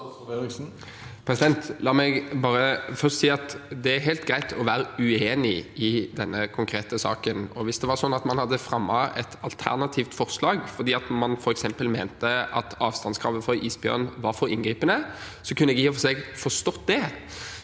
La meg bare først si at det er helt greit å være uenig i denne konkrete saken. Hvis det var sånn at man hadde fremmet et alternativt forslag, fordi man f.eks. mente at avstandskravet til isbjørn var for inngripende, kunne jeg i og for seg forstått det,